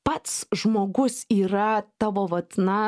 pats žmogus yra tavo vat na